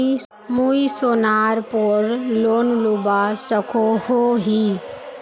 मुई सोनार पोर लोन लुबा सकोहो ही?